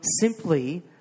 simply